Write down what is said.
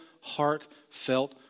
heartfelt